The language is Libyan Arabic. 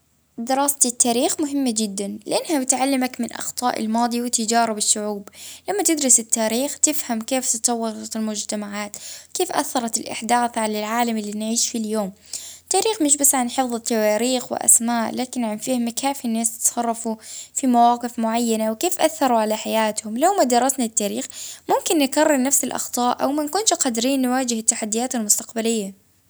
التاريخ أكيد مهم اه باش نتعلم من الماضي ومنكرروش نفس الأخطاء.